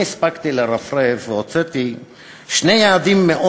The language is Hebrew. אני הספקתי לרפרף והוצאתי שני יעדים מאוד